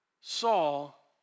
Saul